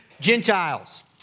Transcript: Gentiles